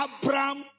Abraham